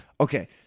Okay